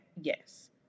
Yes